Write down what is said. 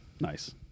nice